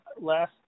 last